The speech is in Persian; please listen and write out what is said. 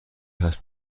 هست